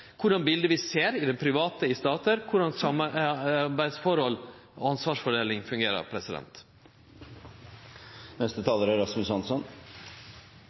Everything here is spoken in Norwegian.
vi ser i det private, i statar, og korleis samarbeidsforhold og ansvarsfordeling fungerer.